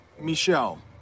Michelle